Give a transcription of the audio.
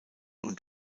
und